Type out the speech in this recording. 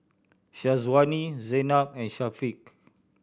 Syazwani Zaynab and Syafiq